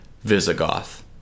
Visigoth